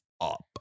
up